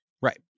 Right